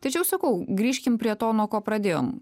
tai čia jau sakau grįžkim prie to nuo ko pradėjom